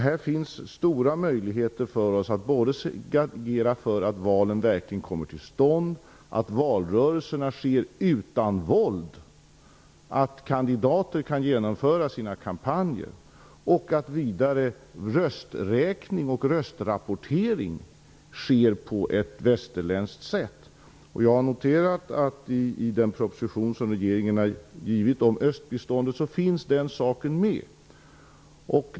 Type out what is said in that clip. Det finns stora möjligheter för oss att agera så att valen verkligen kommer till stånd, så att valrörelserna sker utan våld, att kandidater kan genomföra sina kampanjer och så att rösträkning och röstrapportering sker på ett västerländskt sätt. I den proposition som regeringen har lagt fram om östbistånd har jag noterat att den här punkten finns med.